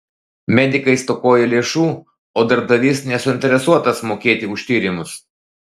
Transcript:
medikai stokoja lėšų o darbdavys nesuinteresuotas mokėti už tyrimus